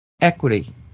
equity